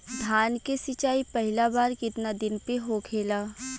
धान के सिचाई पहिला बार कितना दिन पे होखेला?